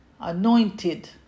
anointed